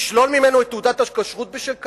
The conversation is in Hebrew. לשלול ממנו את תעודת הכשרות בשל כך?